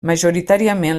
majoritàriament